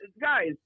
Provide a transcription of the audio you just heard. guys